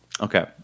Okay